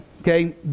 Okay